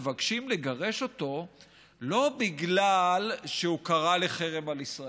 מבקשים לגרש אותו לא בגלל שהוא קרא לחרם על ישראל.